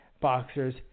boxers